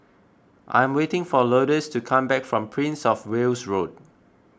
I'm waiting for Lourdes to come back from Prince of Wales Road